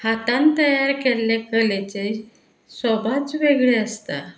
हातान तयार केल्ले कलेची सोबाच वेगळी आसता